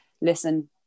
listen